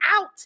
out